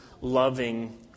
loving